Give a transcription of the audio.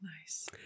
Nice